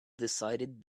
decided